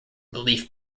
relief